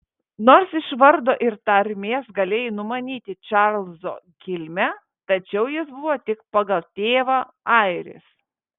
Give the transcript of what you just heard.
nors iš vardo ir tarmės galėjai numanyti čarlzo kilmę tačiau jis buvo tik pagal tėvą airis